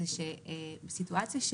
סיטואציה,